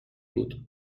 بود